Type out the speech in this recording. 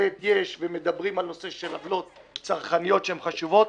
שמדברים על נושא של עוולות צרכניות חשובות.